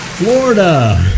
Florida